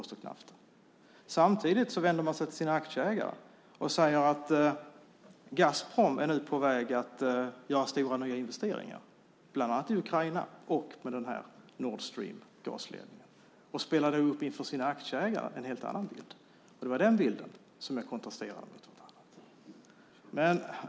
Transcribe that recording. Samtidigt vände man sig till sina aktieägare och sade att Gazprom var på väg att göra stora nyinvesteringar, bland annat i Ukraina och med gasledningen Northstream. De målade upp en helt annan bild för sina aktieägare, och den bilden kontrasterade mot allt annat.